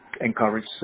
encourage